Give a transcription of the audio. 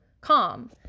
calm